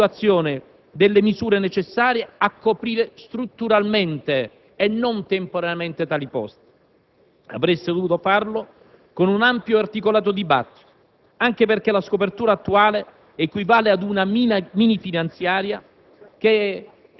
Il nostro parere - lo dicevo prima - è che sareste dovuti intervenire contemporaneamente all'individuazione delle procedure di rimborso con l'abrogazione delle norme superate dalla sentenza della Corte di giustizia, anche al fine di evitare pericolosissimi vuoti normativi,